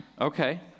Okay